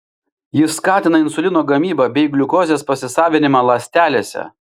jis skatina insulino gamybą bei gliukozės pasisavinimą ląstelėse